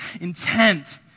intent